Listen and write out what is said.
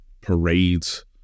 parades